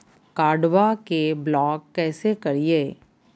कार्डबा के ब्लॉक कैसे करिए?